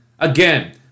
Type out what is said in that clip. Again